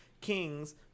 kings